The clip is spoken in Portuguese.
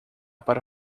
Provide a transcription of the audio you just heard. para